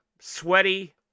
sweaty